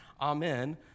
Amen